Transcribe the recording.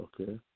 Okay